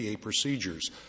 procedures